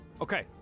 Okay